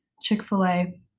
Chick-fil-A